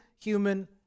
human